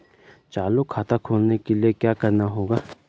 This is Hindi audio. चालू खाता खोलने के लिए क्या करना होगा?